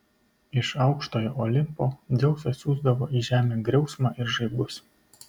iš aukštojo olimpo dzeusas siųsdavo į žemę griausmą ir žaibus